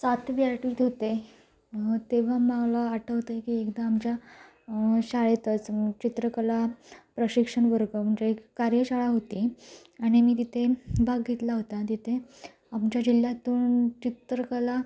सातवी आठवीत होते तेव्हा मला आठवत आहे की एकदा आमच्या शाळेतच चित्रकला प्रशिक्षण वर्ग म्हणजे एक कार्यशाळा होती आणि मी तिथे भाग घेतला होता तिथे आमच्या जिल्ह्यातून चित्रकला